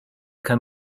kann